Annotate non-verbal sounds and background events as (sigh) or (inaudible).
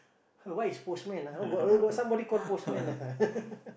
(breath) what is postman ah oh got oh got somebody called postman ah (laughs)